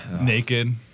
Naked